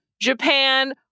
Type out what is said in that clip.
Japan